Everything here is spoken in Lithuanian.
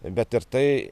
bet ir tai